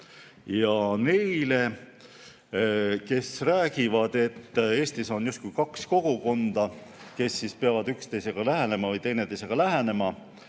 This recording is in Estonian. Ja neilt, kes räägivad, et Eestis on justkui kaks kogukonda, kes peavad üksteisele või teineteisele lähenema,